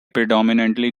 predominantly